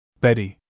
Betty